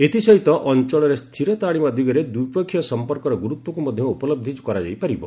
ଏଥିସହିତ ଅଞ୍ଚଳରେ ସ୍ଥିରତା ଆଣିବା ଦିଗରେ ଦ୍ୱିପକ୍ଷିୟ ସଂପର୍କର ଗୁରୁତ୍ୱକୁ ମଧ୍ୟ ଉପଲହି କରାଯାଇ ପାରିବ